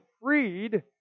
freed